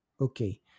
okay